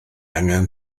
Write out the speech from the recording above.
angen